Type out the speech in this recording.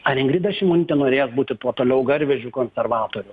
ar ingrida šimonytė norės būti tuo toliau garvežiu konservatorių